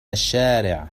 الشارع